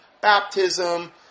baptism